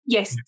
Yes